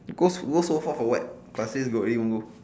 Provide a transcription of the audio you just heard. goes go so far for what pasir ris got